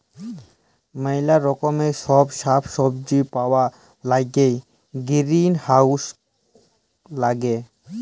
ম্যালা রকমের ছব সাগ্ সবজি পাউয়ার ল্যাইগে গিরিলহাউজ ল্যাগে